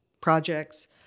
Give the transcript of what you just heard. projects